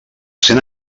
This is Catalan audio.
cent